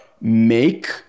make